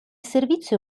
servizio